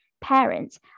parents